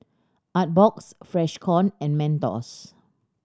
Artbox Freshkon and Mentos